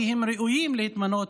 כי הם ראויים להתמנות